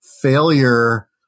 failure